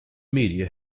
media